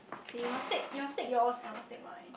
okay you must take you must take your's and I must take mine